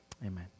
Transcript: amen